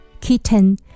Kitten